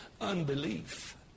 unbelief